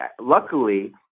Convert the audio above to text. luckily